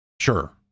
Sure